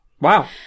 Wow